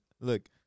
look